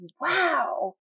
wow